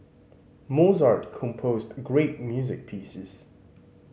Mozart composed great music pieces